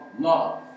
love